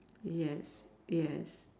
yes yes